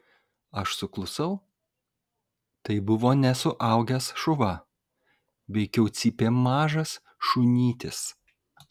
aš suklusau tai buvo ne suaugęs šuva veikiau cypė mažas šunytis